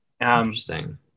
Interesting